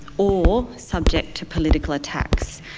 or subject to political attacks,